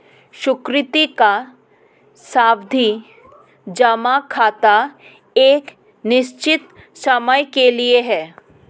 सुकृति का सावधि जमा खाता एक निश्चित समय के लिए है